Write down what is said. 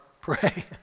pray